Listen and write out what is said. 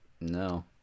No